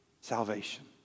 salvation